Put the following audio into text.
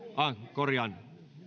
korjaan